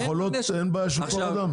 במכולות אין בעיה של כוח אדם?